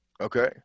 okay